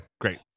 great